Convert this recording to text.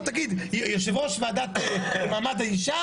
או תגיד שיושב-ראש ועדת מעמד האישה,